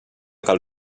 cal